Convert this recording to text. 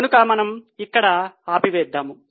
కనుక మనము ఇక్కడ ఆపి వేద్దాము